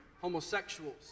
homosexuals